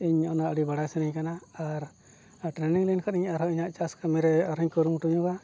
ᱤᱧ ᱚᱱᱟ ᱟᱹᱰᱤ ᱵᱟᱲᱟᱭ ᱥᱟᱱᱟᱧ ᱠᱟᱱᱟ ᱟᱨ ᱴᱨᱮᱱᱤᱝ ᱞᱮᱱ ᱠᱷᱟᱱᱤᱧ ᱟᱨᱦᱚᱸ ᱤᱧᱟᱹᱜ ᱪᱟᱥ ᱠᱟᱹᱢᱤ ᱨᱮ ᱟᱨᱦᱚᱧ ᱠᱩᱨᱩᱢᱩᱴᱩ ᱧᱚᱜᱟ